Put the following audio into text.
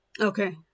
okay